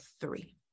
three